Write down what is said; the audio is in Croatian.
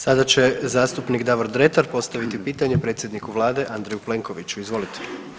Sada će zastupnik Davor Dretar postaviti pitanje predsjedniku vlade Andreju Plenkoviću, izvolite.